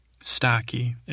stocky